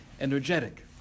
energetic